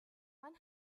one